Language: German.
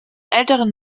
älteren